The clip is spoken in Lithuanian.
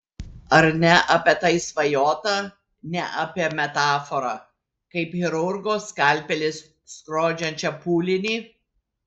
ar ne apie tai svajota ne apie metaforą kaip chirurgo skalpelis skrodžiančią pūlinį